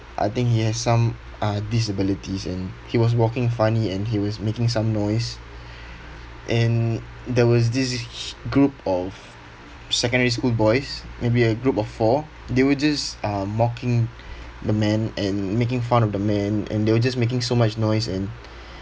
I think he has some uh disabilities and he was walking funny and he was making some noise and there was this h~ group of secondary schoolboys maybe a group of four they were just uh mocking the man and making fun of the man and they were just making so much noise and